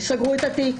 וסגרו את התיק.